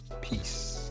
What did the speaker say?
peace